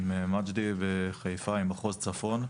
עם מג'די ועם חיפה מחוז צפון.